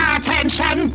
Attention